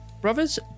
Brothers